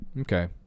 okay